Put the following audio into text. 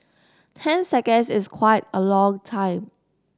ten seconds is quite a long time